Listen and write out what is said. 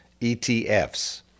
ETFs